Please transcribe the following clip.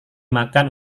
makan